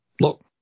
look